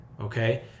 okay